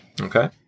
Okay